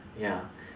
ya